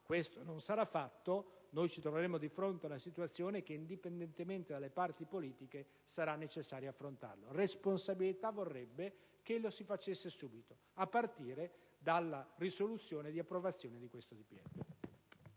ciò non sarà fatto, ci troveremo di fronte ad una situazione che, indipendentemente dalle parti politiche, sarà necessario affrontare. Responsabilità vorrebbe che lo si facesse subito, a partire dalla risoluzione di approvazione del presente